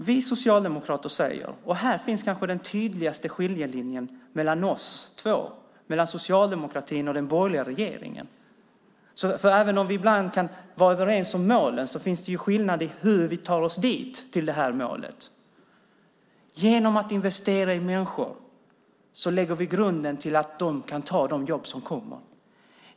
Vi socialdemokrater säger, och här finns kanske den tydligaste skiljelinjen mellan oss två och mellan socialdemokratin och den borgerliga regeringen, att även om vi ibland kan vara överens om målen finns det skillnader i hur vi tar oss till målet. Genom att investera i människor lägger vi grunden för att de kan ta de jobb som kommer.